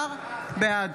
בעד